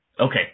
Okay